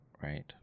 right